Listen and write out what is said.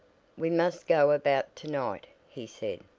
we must go about to-night, he said,